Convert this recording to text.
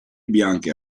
bianche